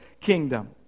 kingdom